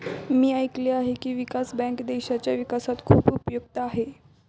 मी ऐकले आहे की, विकास बँक देशाच्या विकासात खूप उपयुक्त आहे